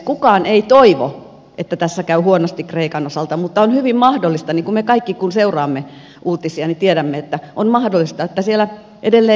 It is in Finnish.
kukaan ei toivo että tässä käy huonosti kreikan osalta mutta on hyvin mahdollista niin kuin me kaikki tiedämme kun seuraamme uutisia että on mahdollista että siellä edelleen jotain tapahtuu